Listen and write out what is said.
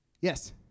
Yes